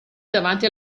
davanti